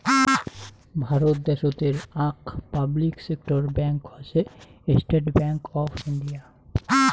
ভারত দ্যাশোতের আক public sector bank হসে স্টেট্ ব্যাঙ্ক অফ ইন্ডিয়া